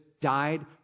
died